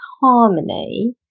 harmony